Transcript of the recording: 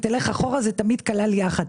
אם תלך אחורה זה תמיד כלל יחד.